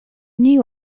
new